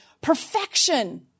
perfection